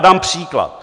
Dám příklad.